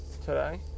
today